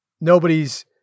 nobody's –